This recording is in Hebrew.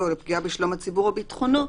או לפגיעה בשלום הציבור או ביטחונו,